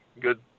good